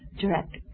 direct